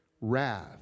wrath